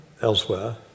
elsewhere